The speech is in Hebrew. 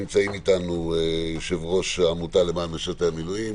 נמצאים אתנו יושב-ראש העמותה למען משרתי המילואים.